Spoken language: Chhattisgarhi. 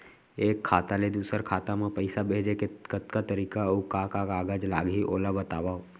एक खाता ले दूसर खाता मा पइसा भेजे के कतका तरीका अऊ का का कागज लागही ओला बतावव?